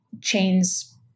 chains